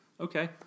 okay